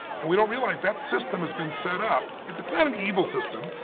and we don't realize that system has been set up. it's not an evil system.